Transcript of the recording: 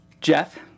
Jeff